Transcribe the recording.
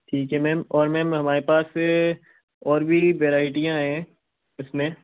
ठीक है मेम और मेम हमारे पास और भी वेरायटियाँ हैं इसमें